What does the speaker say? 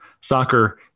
soccer